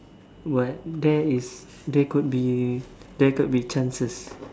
what there is there could be there could be chances